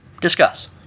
Discuss